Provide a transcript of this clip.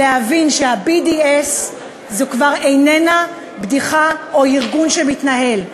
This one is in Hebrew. להבין שה-BDS כבר איננו בדיחה או ארגון שמתנהל.